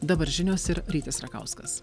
dabar žinios ir rytis rakauskas